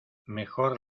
mejor